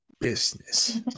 business